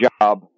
job